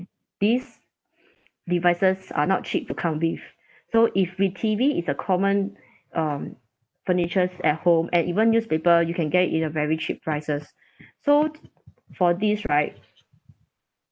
these devices are not cheap to come with so if with T_V it's a common um furnitures at home and even newspaper you can get it in a very cheap prices so for these right